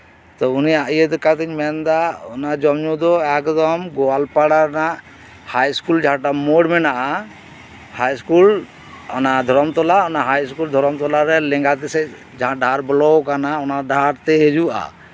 ᱛᱳ ᱩᱱᱤᱭᱟᱜ ᱤᱭᱟᱹ ᱞᱮᱠᱟᱛᱮᱧ ᱢᱮᱱᱫᱟ ᱡᱚᱢ ᱫᱚ ᱮᱠᱫᱚᱢ ᱜᱳᱣᱟᱞᱯᱟᱲᱟ ᱨᱮᱭᱟᱜ ᱦᱟᱭ ᱤᱥᱠᱩᱞ ᱡᱟᱦᱟᱸᱴᱟᱜ ᱢᱳᱲ ᱢᱮᱱᱟᱜᱼᱟ ᱦᱟᱭ ᱤᱥᱠᱩᱞ ᱚᱱᱟ ᱫᱷᱚᱨᱚᱢᱛᱚᱞᱟ ᱚᱱᱟ ᱦᱟᱭ ᱤᱥᱠᱩᱞ ᱫᱷᱚᱨᱚᱢᱛᱚᱞᱟ ᱨᱮ ᱞᱮᱸᱜᱟᱛᱤ ᱥᱮᱫ ᱡᱟᱦᱟᱸ ᱰᱟᱦᱟᱨ ᱵᱚᱞᱚ ᱟᱠᱟᱱᱟ ᱚᱱᱟ ᱰᱟᱦᱟᱨᱛᱮ ᱦᱤᱡᱩᱜᱼᱟᱭ